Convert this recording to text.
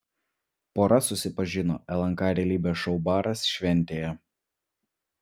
pora susipažino lnk realybės šou baras šventėje